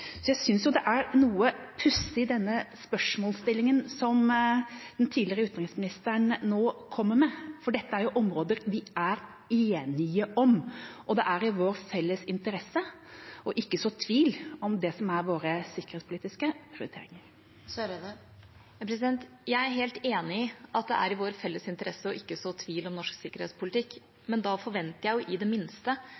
Så jeg syns jo denne spørsmålsstillingen som den tidligere utenriksministeren nå kommer med, er noe pussig, for dette er jo områder vi er enige om, og det er i vår felles interesse å ikke så tvil om det som er våre sikkerhetspolitiske prioriteringer. Ine Eriksen Søreide – til oppfølgingsspørsmål. Jeg er helt enig i at det er i vår felles interesse å ikke så tvil om norsk sikkerhetspolitikk,